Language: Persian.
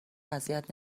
اذیت